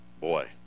boy